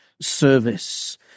service